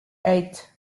eight